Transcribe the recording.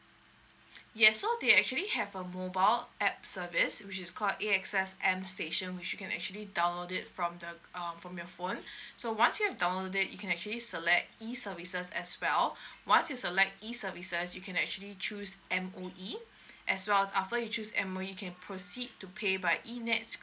yes so they actually have a mobile app service which is called A X S M station which you can actually download it from the uh from your phone so once you have download it you can actually select E services as well once you select E services you can actually choose M_O_E as well after you choose M O E you can proceed to pay by E nets